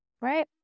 right